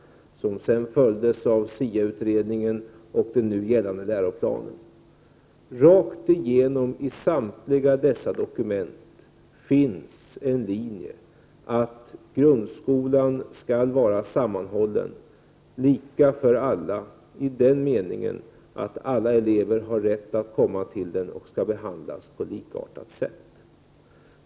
Den följdes sedan av SIA-utredningen och den nu gällande läroplanen. Rakt igenom i samtliga dessa dokument finns en linje att grundskolan skall vara sammanhållen, dvs. lika för alla i meningen att alla elever har rätt att gå i den skolan och behandlas på likartat sätt.